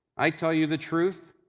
i tell you the truth,